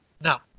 Now